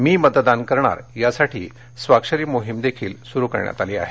मी मतदान करणार यासाठी स्वाक्षरी मोहिमही सुरू करण्यात आली आहे